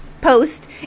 post